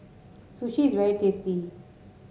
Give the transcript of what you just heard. sushi is very tasty